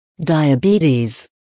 diabetes